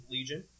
Legion